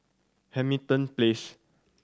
Hamilton Place